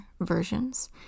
versions